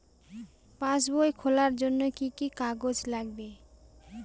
পাসবই খোলার জন্য কি কি কাগজ লাগবে?